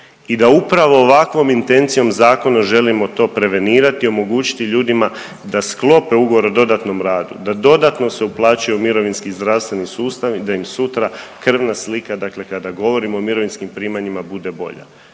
i da upravo ovakvom intencijom zakona želimo to prevenirati i omogućiti ljudima da sklope ugovor o dodatnom radu, da dodatno se uplaćuje u mirovinski i zdravstveni sustav i da im sutra krvna slika, dakle kada govorimo o mirovinskim primanjima bude bolja.